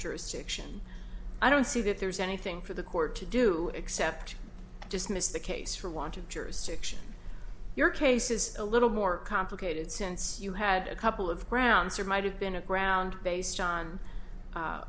jurisdiction i don't see that there's anything for the court to do except dismiss the case for want of jurisdiction your case is a little more complicated since you had a couple of grounds or might have been a ground based on